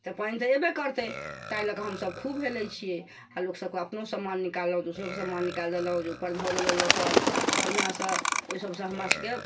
तऽ पानि तऽ अयबै करते ताहि लऽ कऽ हम सभ खूब हेलय छियै आ लोक सभके अपनो समान निकाललहुॅं दोसरोके समान निकाइल देलहुॅं ऊपर धऽ देलहुॅं लऽकऽ बढ़िऑसँ ओहि सभसँ हमरा सभके